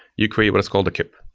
you create what is called a kip,